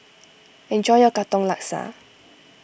enjoy your Katong Laksa